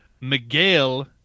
Miguel